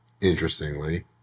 interestingly